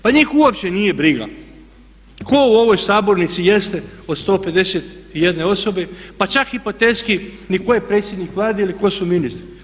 Pa njih uopće nije briga tko u ovoj sabornici jeste od 151 osobe pa čak hipotetski ni tko je predsjednik Vlade ili tko su ministri.